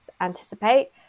anticipate